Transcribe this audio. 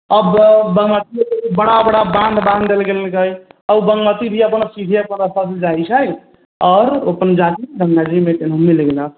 आब बड़ा बड़ा बान्ध बान्हि देल गेल हइ आ ओ बागमती भी अपन सीधे अपन रास्तासँ जाइत छै आओर ओ अपन जा कऽ नदीमे मिल गेलक